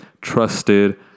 trusted